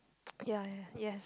ya ya yet